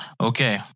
Okay